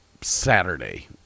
Saturday